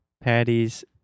Patties